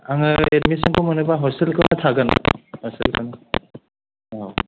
आङो एडमिसनखौ मोनोब्ला हसटेलखौनो थागोन औ